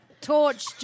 Torch